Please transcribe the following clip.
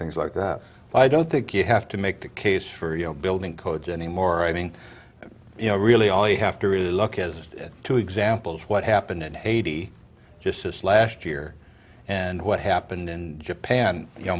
things like that i don't think you have to make the case for you know building codes anymore i mean you know really all you have to really look at is two examples what happened in haiti just this last year and what happened in japan you know